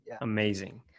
Amazing